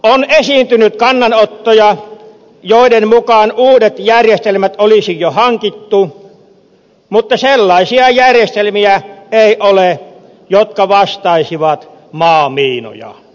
on esiintynyt kannanottoja joiden mukaan uudet järjestelmät olisi jo hankittu mutta sellaisia järjestelmiä ei ole jotka vastaisivat maamiinoja